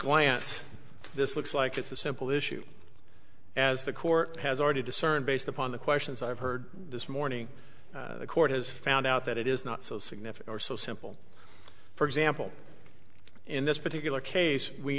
glance this looks like it's a simple issue as the court has already discerned based upon the questions i've heard this morning the court has found out that it is not so significant or so simple for example in this particular case we